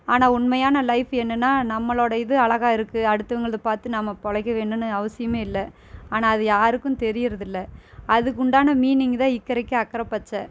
ஆனால் உண்மையான லைஃப் என்னென்னா நம்மளோடய இது அழகா இருக்குது அடுத்தவர்களுது பார்த்து நம்ம பொழைக்க வேணும்னு அவசியமே இல்லை ஆனால் அது யாருக்கும் தெரிகிறதில்ல அதுக்குண்டான மீனிங் தான் இக்கரைக்கு அக்கரை பச்சை